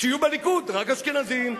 שיהיו בליכוד רק אשכנזים.